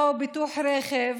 פה ביטוח רכב,